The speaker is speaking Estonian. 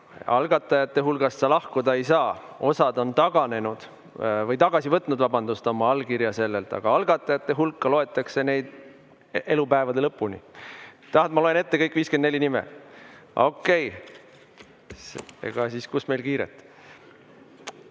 Algatajate hulgast sa lahkuda ei saa. Osa on taganenud või tagasi võtnud, vabandust, oma allkirja sellelt, aga algatajate hulka loetakse neid elupäevade lõpuni. Tahad, ma loen ette kõik 54 nime? Okei, kus meil kiiret.